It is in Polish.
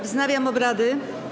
Wznawiam obrady.